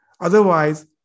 Otherwise